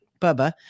Bubba